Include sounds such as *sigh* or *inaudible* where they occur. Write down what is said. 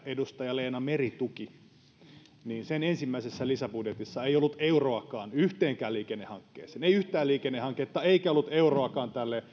edustaja leena meri tuki ensimmäisessä lisäbudjetissa ei ollut euroakaan yhteenkään liikennehankkeeseen ei yhtään liikennehanketta eikä ollut euroakaan tälle *unintelligible*